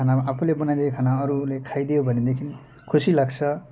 खाना आफूले बनाइदिएको खाना अरूले खाइदियो भनेदेखि खुसी लाग्छ